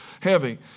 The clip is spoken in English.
heavy